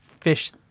fish